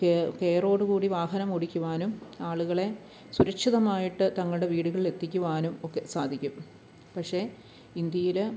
കെയറോടുകൂടി വാഹനം ഓടിക്കുവാനും ആളുകളെ സുരക്ഷിതമായിട്ട് തങ്ങളുടെ വീടുകളിൽ എത്തിക്കുവാനും ഒക്കെ സാധിക്കും പക്ഷേ ഇന്ത്യയിൽ